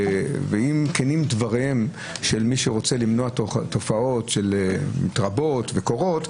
ואם כנים דבריהם של מי שרוצות למנוע תופעות שמתרבות וקורות,